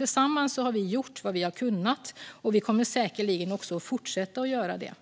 Tillsammans har vi gjort vad vi har kunnat, och vi kommer säkerligen också fortsätta att göra det.